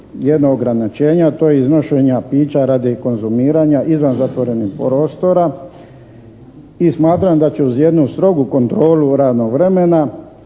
jedno ograničenje a to je iznošenje pića radi konzumiranja izvan zatvorenih prostora. I smatram da će uz jednu strogu kontrolu radnog vremena